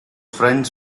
friends